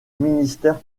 ministère